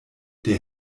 der